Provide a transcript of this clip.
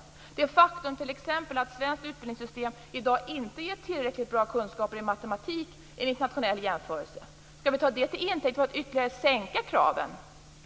Skall vi ta till intäkt t.ex. det faktum att svenskt utbildningssystem enligt internationell jämförelse i dag inte ger tillräckligt bra kunskaper i matematik för att ytterligare sänka kraven